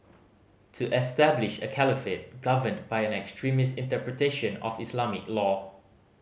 to establish a caliphate governed by an extremist interpretation of Islamic law